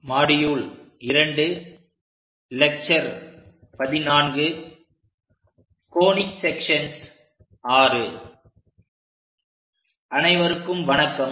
conic sections VI அனைவருக்கும் வணக்கம்